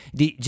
di